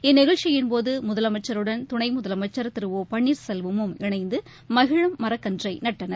இந்நிகழ்ச்சியின் போது முதலமைச்சருடன் துணை முதலமைச்சர் திரு ஓ பன்னீர்செல்வமும் இணைந்து மகிழம் மரக்கன்றை நட்டனர்